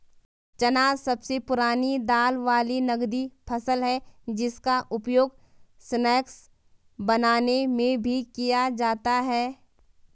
चना सबसे पुरानी दाल वाली नगदी फसल है जिसका उपयोग स्नैक्स बनाने में भी किया जाता है